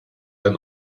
ein